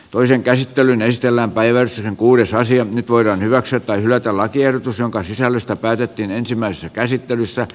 toisen käsittelyn estellä päivän kuudesta nyt voidaan hyväksyä tai hylätä lakiehdotus jonka sisällöstä päätettiin ensimmäisessä käsittelyssä